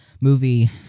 movie